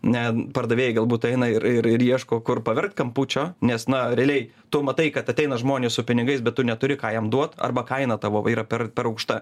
ne pardavėjai galbūt eina ir ir ieško kur paverkt kampučio nes na realiai tu matai kad ateina žmonės su pinigais bet tu neturi ką jam duot arba kaina tavo yra per per aukšta